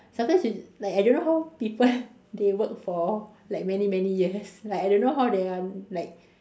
sometimes in like I don't know how people they work for like many many years like I don't know how they are like